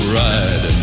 ride